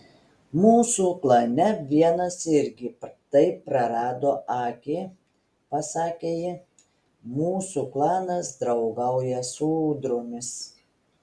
mūsų klane vienas irgi taip prarado akį pasakė ji mūsų klanas draugauja su ūdromis